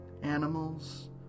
animals